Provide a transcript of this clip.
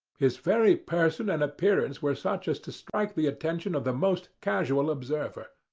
his very person and appearance were such as to strike the attention of the most casual observer.